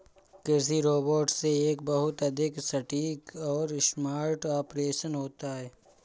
कृषि रोबोट से एक बहुत अधिक सटीक और स्मार्ट ऑपरेशन होता है